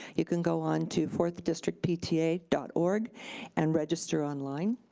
you can go onto fourthdistrictpta dot org and register online.